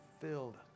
filled